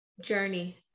journey